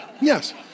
yes